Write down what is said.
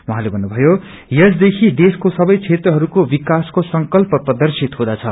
उहाँले भन्नुभ्वायो यसदेखि देशिको सबे क्षेत्रहरूको विकासको संकल्प प्रदर्शित हुँदछ